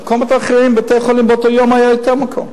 במקומות אחרים בבתי-חולים באותו יום היה יותר מקום,